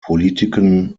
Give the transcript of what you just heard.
politiken